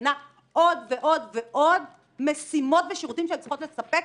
מסכנה עוד ועוד ועוד משימות ושירותים שהן צריכות לספק.